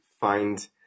find